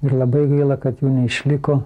ir labai gaila kad jų neišliko